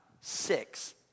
six